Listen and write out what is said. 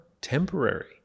temporary